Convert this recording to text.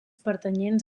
pertanyents